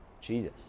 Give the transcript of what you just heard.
Jesus